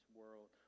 world